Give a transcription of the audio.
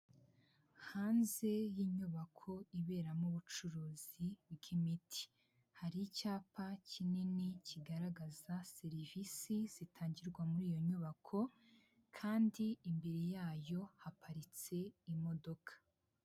Hanze y'inyubako iberamo ubucuruzi k'imiti, hari icyapa kinini kigaragaza serivisi zitangirwa muri iyo nyubako kandi imbere yayo haparitse imodoka.